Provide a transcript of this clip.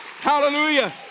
Hallelujah